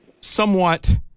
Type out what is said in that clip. somewhat